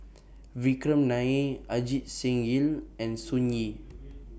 Vikram Nair Ajit Singh Ying and Sun Yee